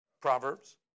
Proverbs